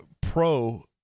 pro